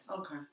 Okay